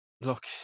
look